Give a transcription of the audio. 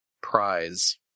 prize